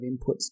inputs